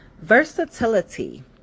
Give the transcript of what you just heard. Versatility